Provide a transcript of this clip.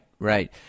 Right